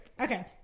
okay